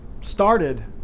started